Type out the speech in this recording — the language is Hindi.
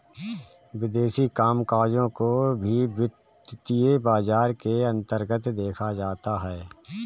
विदेशी कामकजों को भी वित्तीय बाजार के अन्तर्गत देखा जाता है